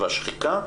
והשחיקה.